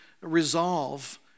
resolve